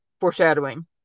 foreshadowing